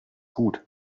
gut